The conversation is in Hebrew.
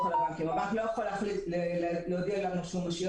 על הבנקים והבנק לא יכול פשוט להודיע לנו שהוא משאיר